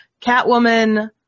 Catwoman